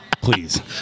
Please